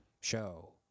show